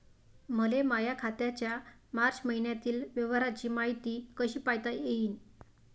मले माया खात्याच्या मार्च मईन्यातील व्यवहाराची मायती कशी पायता येईन?